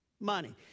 Money